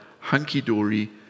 Hunky-dory